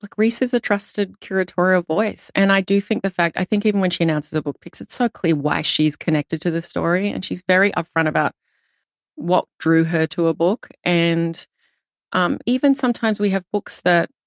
like reese is a trusted curatorial voice. and i do think the fact, i think even when she announces her book picks, it's so clear why she's connected to the story, and she's very upfront about what drew her to a book. and um even sometimes we have books that,